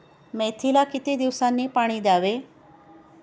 मेथीला किती दिवसांनी पाणी द्यावे?